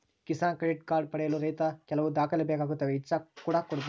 Kisan credit card ಪಡೆಯಲು ರೈತ ಕೆಲವು ದಾಖಲೆ ಬೇಕಾಗುತ್ತವೆ ಇಚ್ಚಾ ಕೂಡ ಬೇಕು